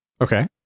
Okay